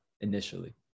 initially